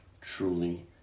truly